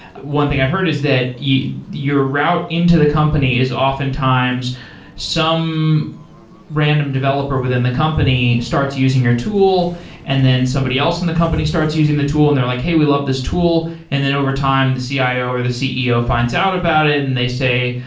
one thing i've heard is that yeah your route into the company is often times some random developer within the company starts using your tool and then somebody else in the company starts using the tool and they're like, hey, we love this tool, and then over time the cio or the ceo finds out about it and they say,